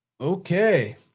Okay